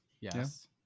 Yes